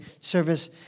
service